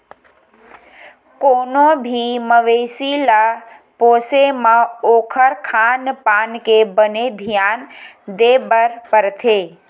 कोनो भी मवेसी ल पोसबे त ओखर खान पान के बने धियान देबर परथे